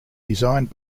designed